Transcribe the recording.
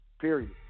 Period